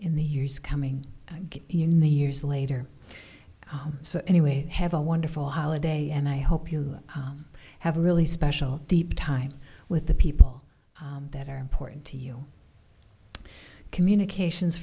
years coming in the years later so anyway have a wonderful holiday and i hope you have a really special deep time with the people that are important to you communications